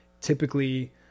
typically